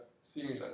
similar